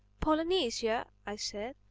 polynesia, i said,